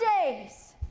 days